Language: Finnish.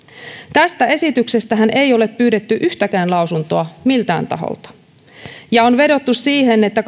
tästä esityksestähän ei ole pyydetty yhtäkään lausuntoa miltään taholta ja on vedottu siihen että